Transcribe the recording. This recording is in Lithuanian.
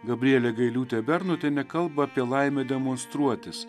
gabrielė gailiūtė bernotienė kalba apie laimę demonstruotis